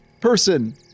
person